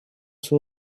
sua